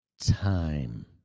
time